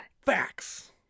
Facts